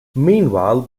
meanwhile